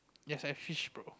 yes I fish bro